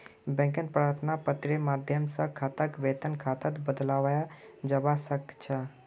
बैंकत प्रार्थना पत्रेर माध्यम स खाताक वेतन खातात बदलवाया जबा स ख छ